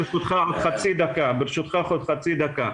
ברשותך, חצי דקה.